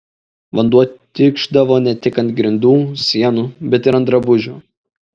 vanduo tikšdavo ne tik ant grindų sienų bet ir ant drabužių